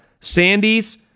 Sandy's